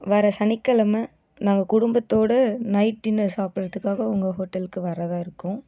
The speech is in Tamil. வர சனிக்கிழம நாங்கள் குடும்பத்தோடய நைட் டின்னர் சாப்புடுறதுக்காக உங்கள் ஹோட்டல்க்கு வரதா இருக்கோம்